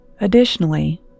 Additionally